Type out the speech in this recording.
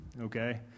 okay